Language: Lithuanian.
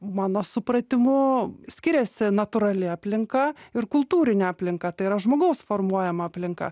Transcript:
mano supratimu skiriasi natūrali aplinka ir kultūrinė aplinka tai yra žmogaus formuojama aplinka